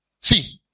See